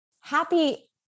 happy